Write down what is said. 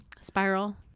spiral